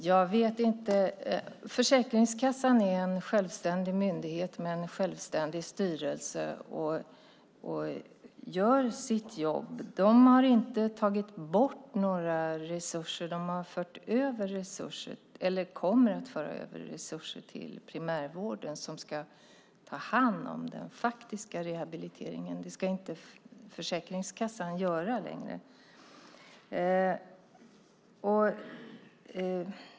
Fru talman! Försäkringskassan är en självständig myndighet med en självständig styrelse och gör sitt jobb. De har inte tagit bort några resurser. De kommer att föra över resurser till primärvården som ska ta hand om den faktiska rehabiliteringen. Det ska inte Försäkringskassan göra längre.